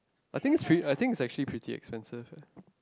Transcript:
I think is pretty I think is actually pretty expensive eh